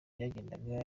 byagendaga